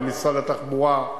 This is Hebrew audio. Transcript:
במשרד התחבורה,